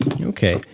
Okay